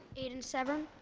ayden sebrum.